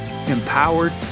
empowered